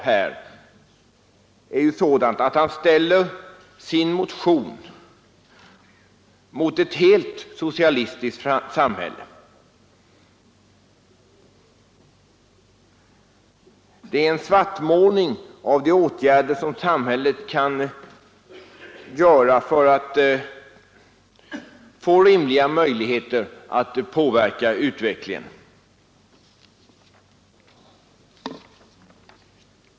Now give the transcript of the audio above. Herr Wennerfors ställer sin motion mot ett helt socialistiskt samhälle. Det är en svartmålning av de åtgärder samhället kan vidta för att få rimliga möjligheter att påverka utvecklingen.